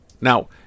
Now